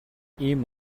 ийм